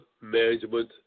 management